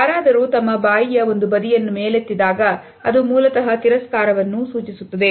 ಯಾರಾದರೂ ತಮ್ಮ ಬಾಯಿಯ ಒಂದು ಬದಿಯನ್ನು ಮೇಲೆತ್ತಿದಾಗ ಅದು ಮೂಲತಹ ತಿರಸ್ಕಾರವನ್ನೂ ಸೂಚಿಸುತ್ತದೆ